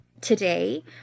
today